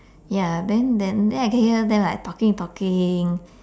ya then then then I can hear them like talking talking